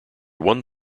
one